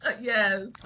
yes